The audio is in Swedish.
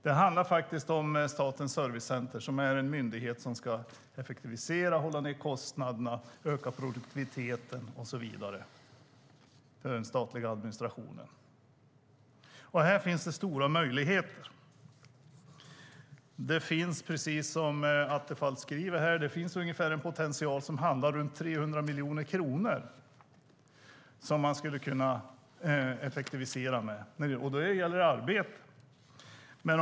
Det handlar om Statens servicecenter som är en myndighet som ska effektivisera, hålla nere kostnaderna, öka produktiviteten och så vidare för den statliga administrationen. Här finns stora möjligheter. Det finns, precis som Attefall säger, en potential som innebär att man skulle kunna effektivera med runt 300 miljoner kronor, och då gäller det arbetena.